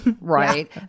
Right